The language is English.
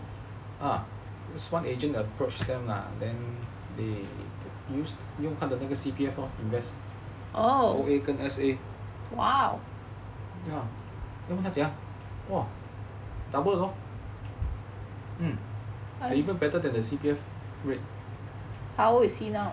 ah cause one agent approached them lah then they use your 他的那个 C_P_F lor invest O_A 跟 S_A then 我问他怎样 double lor even better than the C_P_F rate